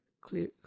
clear